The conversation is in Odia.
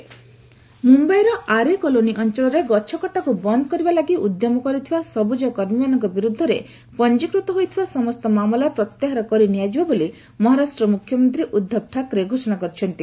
ଥାକ୍ରେ ଆକ୍ଟିଭିଷ୍ଟ ମୁମ୍ବାଇର ଆରେ କଲୋନି ଅଞ୍ଚଳରେ ଗଛକଟାକୁ ବନ୍ଦ କରିବା ଲାଗି ଉଦ୍ୟମ କରିଥିବା ସବୁଜ କର୍ମୀମାନଙ୍କ ବିରୁଦ୍ଧରେ ପଞ୍ଜିକୃତ ହୋଇଥିବା ସମସ୍ତ ମାମଲା ପ୍ରତ୍ୟାହାର କରି ନିଆଯିବ ବୋଲି ମହାରାଷ୍ଟ୍ର ମୁଖ୍ୟମନ୍ତ୍ରୀ ଉଦ୍ଧବ ଠାକରେ ଘୋଷଣା କରିଛନ୍ତି